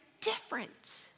different